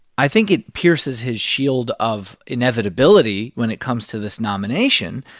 i think it pierces his shield of inevitability when it comes to this nomination.